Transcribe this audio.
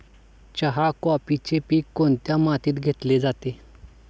चहा, कॉफीचे पीक कोणत्या मातीत घेतले जाते?